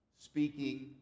speaking